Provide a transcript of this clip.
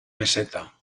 meseta